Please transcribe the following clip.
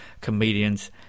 comedian's